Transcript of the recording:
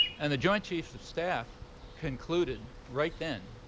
and the joint chiefs of staff concluded right then